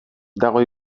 dago